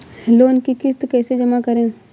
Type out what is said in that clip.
Loan की किश्त कैसे जमा करें?